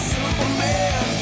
Superman